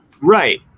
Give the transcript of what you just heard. Right